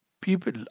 people